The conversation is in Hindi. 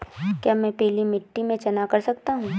क्या मैं पीली मिट्टी में चना कर सकता हूँ?